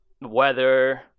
weather